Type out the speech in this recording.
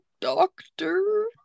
Doctor